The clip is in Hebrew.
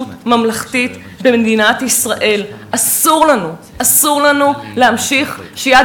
במדינת ישראל נכונות זו מהווה הלכה למעשה נייר